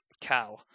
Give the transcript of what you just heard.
cow